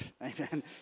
Amen